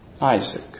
Isaac